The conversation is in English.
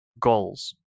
goals